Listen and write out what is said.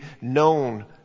known